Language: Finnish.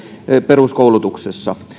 peruskoulutuksessa